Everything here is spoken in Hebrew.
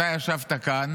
אתה ישבת כאן